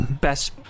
best